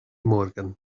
morgan